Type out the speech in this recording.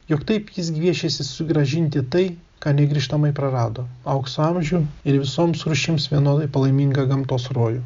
jog taip jis gviešėsi susigrąžinti tai ką negrįžtamai prarado aukso amžių ir visoms rūšims vienodai palaimingą gamtos rojų